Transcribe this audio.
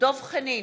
דב חנין,